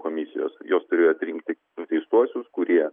komisijos jos turėjo atrinkti nuteistuosius kurie